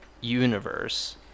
universe